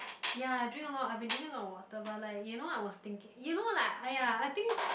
ya I drink a lot I've been drinking a lot of water but like you know I was thinking you know like !aiya! I think